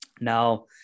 Now